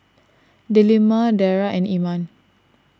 Delima Dara and Iman